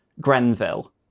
Grenville